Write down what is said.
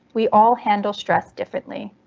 we all handle stress differently.